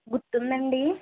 గుర్తుందా అండి